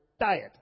diet